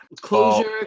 Closure